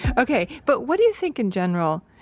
ok, but what do you think in general?